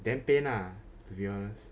then pain lah to be honest